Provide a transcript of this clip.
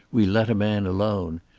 we let a man alone.